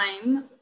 time